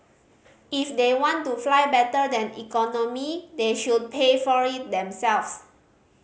if they want to fly better than economy they should pay for it themselves